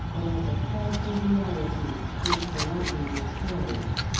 but as a frightful reality which the lightning disclosed.